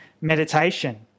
meditation